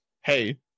hey